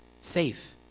safe